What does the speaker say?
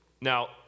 Now